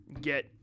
get